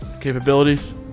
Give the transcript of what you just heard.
capabilities